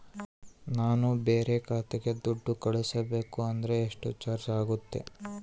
ನಾನು ಬೇರೆ ಖಾತೆಗೆ ದುಡ್ಡು ಕಳಿಸಬೇಕು ಅಂದ್ರ ಎಷ್ಟು ಚಾರ್ಜ್ ಆಗುತ್ತೆ?